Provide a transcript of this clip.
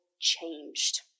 changed